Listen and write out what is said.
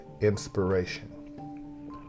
inspiration